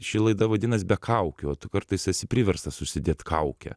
ši laida vadinas be kaukių o tu kartais esi priverstas užsidėt kaukę